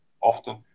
often